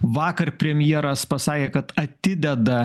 vakar premjeras pasakė kad atideda